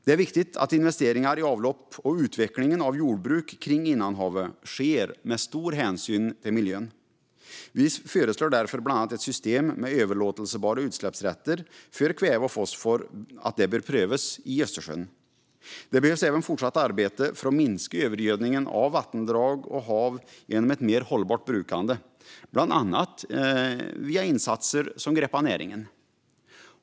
Det är viktigt att investeringar i avlopp och utvecklingen av jordbruket kring innanhavet sker med stor hänsyn till miljön. Vi föreslår därför bland annat att ett system med överlåtbara utsläppsrätter för kväve och fosfor bör prövas i Östersjön. Det behövs även ett fortsatt arbete för att minska övergödningen av vattendrag och hav genom ett mera hållbart brukande, bland annat via insatser som Greppa näringen.